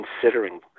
considering